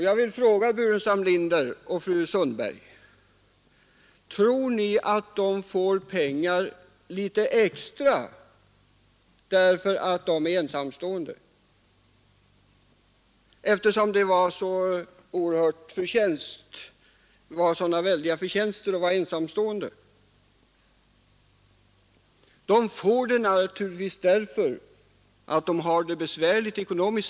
Jag vill fråga herr Burenstam Linder och fru Sundberg: Tror ni att dessa personer får mera pengar därför att de är ensamstående, eftersom ni menar att det ger så väldiga förtjänster att vara ensamstående? Nej, de får naturligtvis sina bidrag därför att de har det besvärligt ekonomiskt.